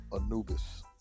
Anubis